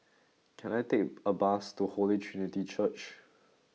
can I take a bus to Holy Trinity Church